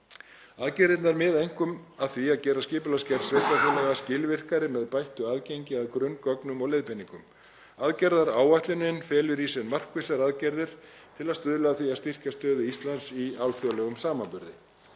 Aðgerðirnar miða einkum að því að gera skipulagsgerð sveitarfélaga skilvirkari með bættu aðgengi að grunngögnum og leiðbeiningum. Aðgerðaáætlunin felur í sér markvissar aðgerðir til að stuðla að því að styrkja stöðu Íslands í alþjóðlegum samanburði.